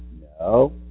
No